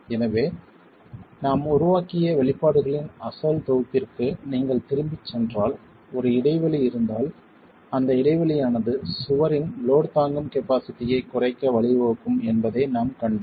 எனவே நாம் உருவாக்கிய வெளிப்பாடுகளின் அசல் தொகுப்பிற்கு நீங்கள் திரும்பிச் சென்றால் ஒரு இடைவெளி இருந்தால் அந்த இடைவெளியானது சுவரின் லோட் தாங்கும் கபாஸிட்டியைக் குறைக்க வழிவகுக்கும் என்பதை நாம் கண்டோம்